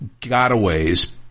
gotaways